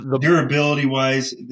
Durability-wise